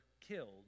killed